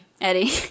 Eddie